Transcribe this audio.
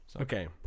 Okay